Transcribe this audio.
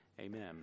Amen